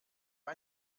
ein